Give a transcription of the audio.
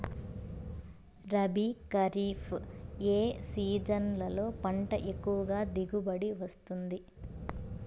రబీ, ఖరీఫ్ ఏ సీజన్లలో పంట ఎక్కువగా దిగుబడి వస్తుంది